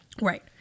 Right